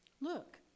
Look